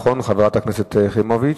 חברת הכנסת יחימוביץ,